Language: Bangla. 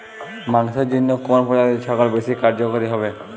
মাংসের জন্য কোন প্রজাতির ছাগল বেশি কার্যকরী হবে?